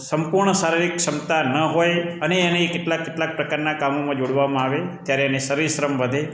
સંપૂર્ણ શારીરિક ક્ષમતા ન હોય અને એને કેટલાક કેટલાક પ્રકારનાં કામોમાં જોડવામાં આવે ત્યારે એને શરીરશ્રમ વધે